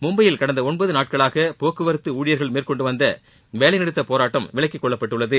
மும்பையில் கடந்த ஒன்பது நாட்களாக போக்குவரத்து ஊழியர்கள் மேற்கொண்டு வந்த வேலைநிறுத்தப் போராட்டம் விலக்கிக்கொள்ளப்பட்டுள்ளது